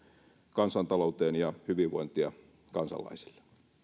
kansantalouteen ja hyvinvointia kansalaisille